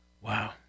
Wow